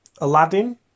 Aladdin